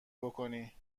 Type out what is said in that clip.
بکنی